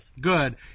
Good